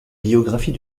biographie